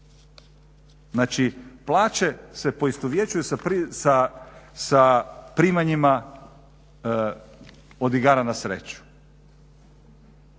Znači, plaće se poistovjećuju sa primanjima od igara na sreću.